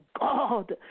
God